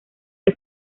que